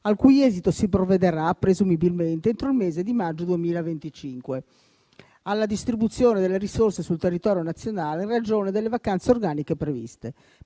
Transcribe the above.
al cui esito si provvederà, presumibilmente entro il mese di maggio 2025, alla distribuzione delle risorse sul territorio nazionale in ragione delle vacanze organiche previste.